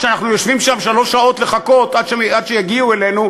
כשאנחנו יושבים שם שלוש שעות לחכות עד שיגיעו אלינו,